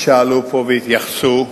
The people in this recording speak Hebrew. שעלו פה והתייחסו.